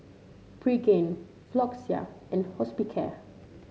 Pregain Floxia and Hospicare